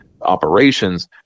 operations